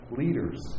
leaders